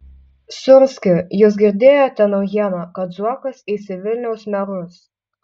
sūrski jūs girdėjote naujieną kad zuokas eis į vilniaus merus